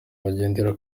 bagendera